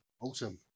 Awesome